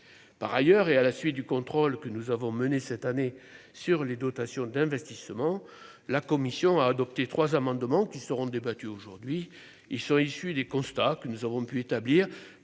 par ailleurs et à la suite du contrôle que nous avons mené cette année sur les dotations d'investissement, la commission a adopté 3 amendements qui seront débattues aujourd'hui, ils sont issus des constats que nous avons pu établir